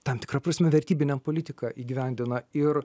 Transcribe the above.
tam tikra prasme vertybinę politiką įgyvendina ir